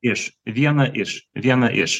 iš vieną iš vieną iš